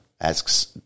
asks